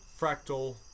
fractal